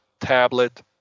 tablet